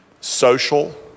social